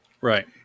Right